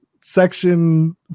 section